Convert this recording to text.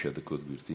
תשע דקות, גברתי.